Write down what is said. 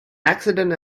accident